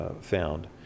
found